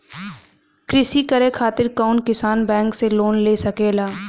कृषी करे खातिर कउन किसान बैंक से लोन ले सकेला?